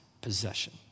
possession